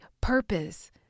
purpose